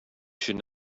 should